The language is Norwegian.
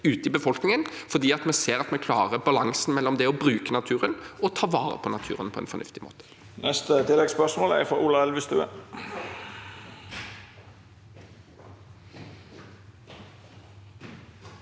ute i befolkningen, fordi vi ser at vi klarer balansen mellom det å bruke og det å ta vare på naturen på en fornuftig måte.